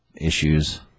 issues